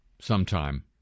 sometime